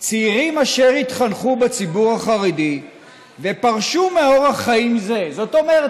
"צעירים אשר התחנכו בציבור החרדי ופרשו מאורח חיים זה" זאת אומרת,